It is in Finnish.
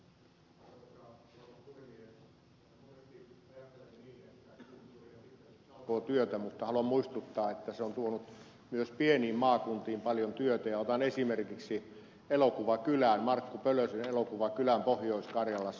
monesti ajatellaan niin että kulttuuri on pitkälti talkootyötä mutta haluan muistuttaa että se on tuonut myös pieniin maakuntiin paljon työtä ja otan esimerkiksi markku pölösen elokuvakylän pohjois karjalassa